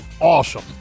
awesome